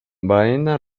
baena